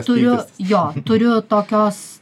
turiu jo turiu tokios